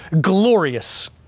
glorious